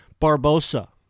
Barbosa